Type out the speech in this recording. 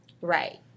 Right